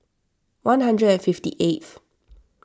one hundred and fifty eighth